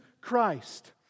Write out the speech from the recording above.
Christ